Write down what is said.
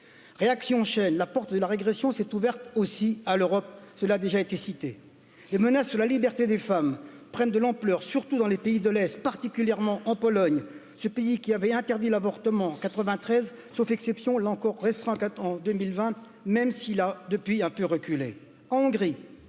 réaction chaînes la porte de la régression s'est ouverte aussi à l'europe cela a déjà été cité les menaces de la liberté des femmes prennent de l'ampleur surtout dans les pays de l'est particulièrement en pologne ce pays qui avait interdit l'avortement en quatre vingt treize sauf exception là encore restreint en deux mille vingt même s'il a depuis un peu reculé